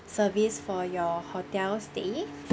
service for your hotel stay